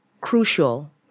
crucial